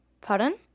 Pardon